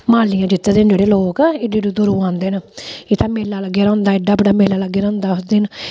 मालियां जित्तदे न जेह्ड़े लोक एड्डे एड्डे दूरूं औंदे न इत्थै मेला लग्गे दा होंदा एड्डा बड्डा मेला लग्गे दा होंदा उस दिन